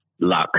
Luck